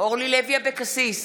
אורלי לוי אבקסיס,